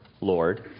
Lord